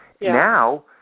now